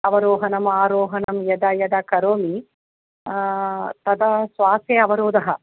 अवरोहनम् आरोहणम् यदा यदा करोमि तदा स्वासे अवरोधः